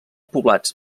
poblats